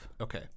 Okay